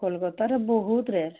କଲକତାରେ ବହୁତ ରେଟ